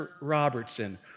Robertson